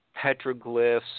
petroglyphs